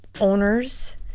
owners